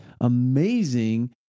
amazing